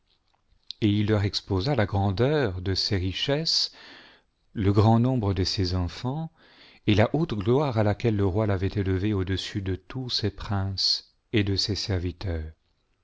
et il leur exposa la grandeur de ses richesses le grand nombre de ses enfants et la haute gloire à laquelle le roi l'avait élevé au-dessus de tous ses princes et de ses serviteurs